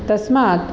तस्मात्